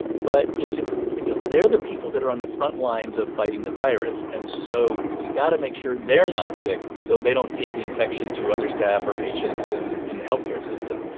but it's important because they're the people that are on the front lines of fighting the virus, and so you got to make sure they're not sick so they don't take the infection to other staff or patients in in the health care system.